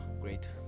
great